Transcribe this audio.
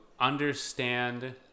understand